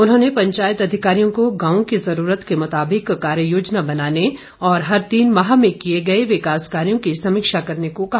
उनहोंने पंचायत अधिकारियों को गांव की जरूरत के मुताबिक कार्य योजना बनाने और हर तीन माह में किए गए विकास कार्यों की समीक्षा करने को कहा